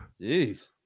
Jeez